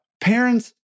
Parents